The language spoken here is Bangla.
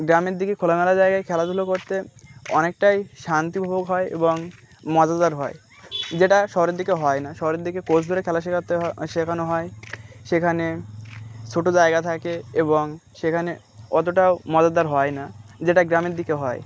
গ্রামের দিকে খোলা মেলা জায়গায় খেলাধুলো করতে অনেকটাই শান্তিভোগ হয় এবং মজাদার হয় যেটা শহরের দিকে হয় না শরের দিকে কোচ ধরে খেলা শেখাতে হয় শেখানো হয় সেখানে ছোটো জায়গা থাকে এবং সেখানে অতটাও মজাদার হয় না যেটা গ্রামের দিকে হয়